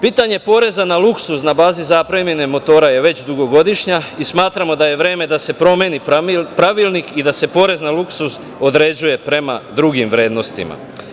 Pitanje poreza na luksuz na bazi zapremine motora je već dugogodišnje i smatramo da je vreme da se promeni Pravilnik i da se porez na luksuz određuje prema drugim vrednostima.